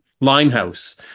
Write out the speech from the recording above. limehouse